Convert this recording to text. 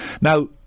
Now